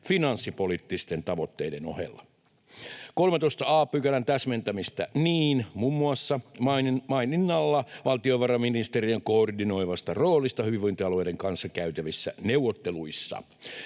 finanssipoliittisten tavoitteiden ohella, ja 13 a §:n täsmentämistä muun muassa maininnalla valtiovarainministeriön koordinoivasta roolista hyvinvointialueiden kanssa käytävissä neuvotteluissa.